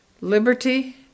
liberty